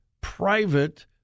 private